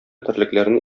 терлекләрне